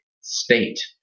state